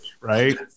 right